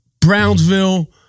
Brownsville